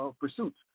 pursuits